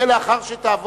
יהיה לאחר שהצעת